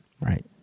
Right